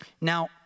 Now